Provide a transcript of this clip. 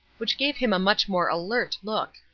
which gave him a much more alert look.